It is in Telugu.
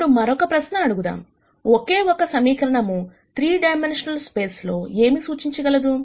ఇప్పుడు మరొక ప్రశ్న అడుగుదాం ఒకే ఒక సమీకరణము 3 డైమెన్షనల్ స్పేస్ లో ఏమి సూచించగలదు